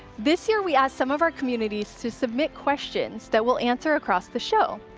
this year, we asked some of our communities to submit questions that we'll answer across the show.